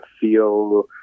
feel